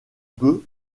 peu